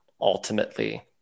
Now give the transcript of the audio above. ultimately